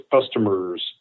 customers